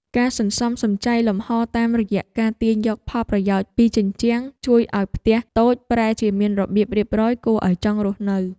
ការសន្សំសំចៃលំហរតាមរយៈការទាញយកផលប្រយោជន៍ពីជញ្ជាំងជួយឱ្យផ្ទះតូចប្រែជាមានរបៀបរៀបរយគួរឱ្យចង់រស់នៅ។